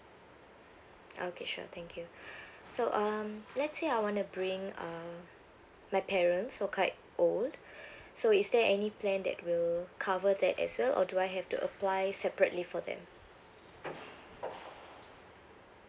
okay sure thank you so um let's say I want to bring uh my parents who are quite old so is there any plan that will cover that as well or do I have to apply separately for them